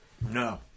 No